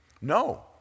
No